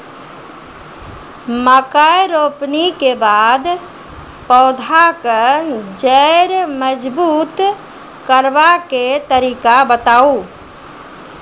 मकय रोपनी के बाद पौधाक जैर मजबूत करबा के तरीका बताऊ?